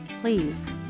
Please